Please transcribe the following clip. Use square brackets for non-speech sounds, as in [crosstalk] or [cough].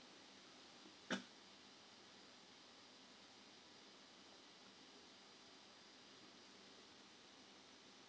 [coughs]